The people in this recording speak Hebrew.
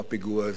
בפיגוע הזה.